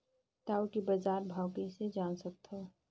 टाऊ के बजार भाव कइसे जान सकथव?